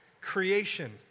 Creation